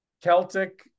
Celtic